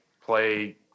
play